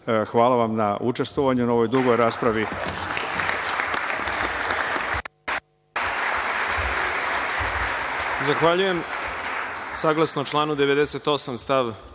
vam na učestvovanju u ovoj dugoj raspravi.